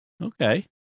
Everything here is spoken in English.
Okay